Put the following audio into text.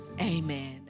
Amen